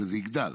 וזה יגדל,